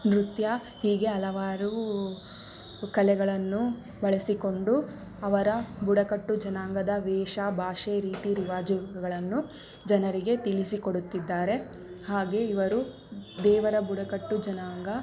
ನೃತ್ಯ ಹೀಗೆ ಹಲವಾರು ಕಲೆಗಳನ್ನು ಬಳಸಿಕೊಂಡು ಅವರ ಬುಡಕಟ್ಟು ಜನಾಂಗದ ವೇಷ ಭಾಷೆ ರೀತಿ ರಿವಾಜುಗಳನ್ನು ಜನರಿಗೆ ತಿಳಿಸಿಕೊಡುತ್ತಿದ್ದಾರೆ ಹಾಗೇ ಇವರು ದೇವರ ಬುಡಕಟ್ಟು ಜನಾಂಗ